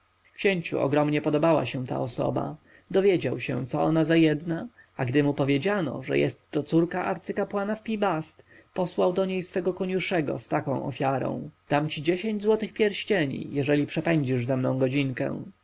księciu ogromnie podobała się ta osoba dowiedział się co ona za jedna a gdy mu powiedziano że jest to córka arcykapłana w pi-bast posłał do niej swego koniuszego z taką ofiarą dam ci dziesięć złotych pierścieni jeżeli przepędzisz ze mną godzinkę